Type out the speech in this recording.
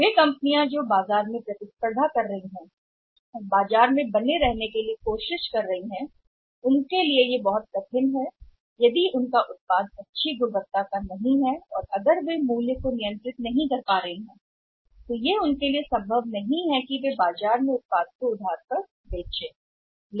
वे कंपनियाँ जो बाज़ार में प्रतिस्पर्धा कर रही हैं और बाज़ार में टिकने की कोशिश कर रही हैं यह बहुत हो सकता है उनके लिए मुश्किल यह है कि अगर उनका उत्पाद उत्कृष्ट नहीं है और यदि वे मूल्य नियंत्रित नहीं कर पा रहे हैं तो उनके लिए यह संभव हो सकता है कि वे बाजार में क्रेडिट बेचने के लिए उत्पाद को क्रेडिट में दें बाजार